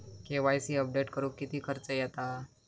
KYC update करुक किती खर्च येता?